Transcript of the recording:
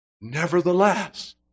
Nevertheless